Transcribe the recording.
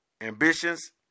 ambitions